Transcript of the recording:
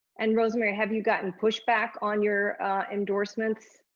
and rosemary, have you gotten pushback on your endorsements?